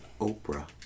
Oprah